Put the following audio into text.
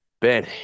Ben